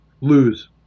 Lose